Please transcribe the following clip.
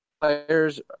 players